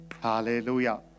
Hallelujah